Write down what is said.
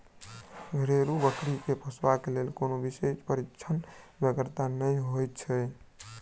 घरेलू बकरी के पोसबाक लेल कोनो विशेष प्रशिक्षणक बेगरता नै होइत छै